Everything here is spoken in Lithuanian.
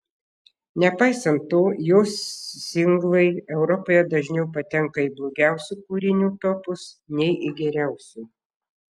nepaisant to jo singlai europoje dažniau patenka į blogiausių kūrinių topus nei į geriausių